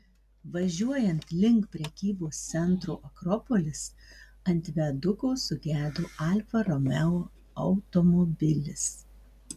važiuojant link prekybos centro akropolis ant viaduko sugedo alfa romeo automobilis